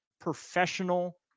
professional